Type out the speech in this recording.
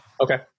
Okay